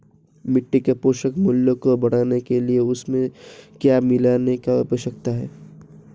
मिट्टी के पोषक मूल्य को बढ़ाने के लिए उसमें क्या मिलाने की आवश्यकता है?